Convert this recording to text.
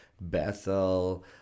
Bethel